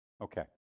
Okay